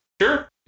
Sure